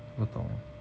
不懂